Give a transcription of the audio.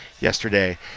yesterday